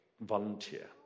volunteer